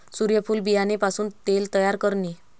सूर्यफूल बियाणे पासून तेल तयार करणे